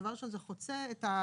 זה דבר שזה חוצה את ה